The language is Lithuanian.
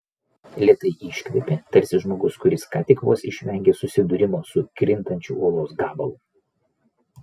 lėtai iškvėpė tarsi žmogus kuris ką tik vos išvengė susidūrimo su krintančiu uolos gabalu